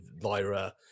Lyra